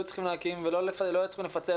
צריכים להקים ולא היו צריכים לפצל.